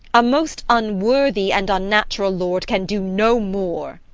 a most unworthy and unnatural lord can do no more.